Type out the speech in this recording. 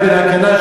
נחוניה בן הקנה,